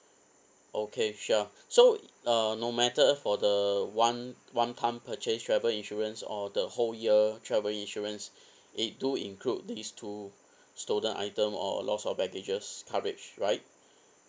okay sure so uh no matter for the one one time purchase travel insurance or the whole year travel insurance it do include these two stolen item or loss of baggages coverage right